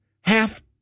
half